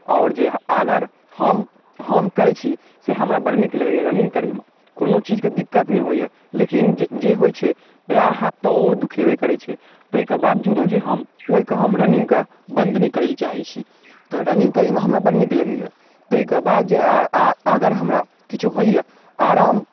आओर जे अगर हम करै छी तऽ हमरा बड़ नीक लगैए रनिंग करैमे कोनो चीजके दिक्कत नहि होइए लेकिन जे जे होइ छै पयर हाथ तऽ दुखेबे करै छै तैके बावजूदो जे हम ओइके हम रनिंगके बन्द नहि करै लए चाहै छी तऽ रनिंग करैमे हमरा बड़ नीक लगैया तैके बाद जे अगर अगर हमरा किछो होइए आराम